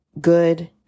good